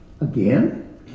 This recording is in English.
Again